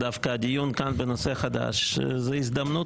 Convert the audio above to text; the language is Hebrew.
הדיון כאן בוועדה בנושא חדש הוא הזדמנות